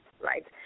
right